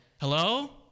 Hello